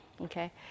Okay